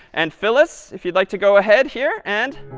and phyllis, if you'd like to go ahead here and